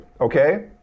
okay